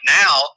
now